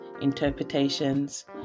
interpretations